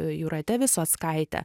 jūrate visockaite